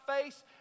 face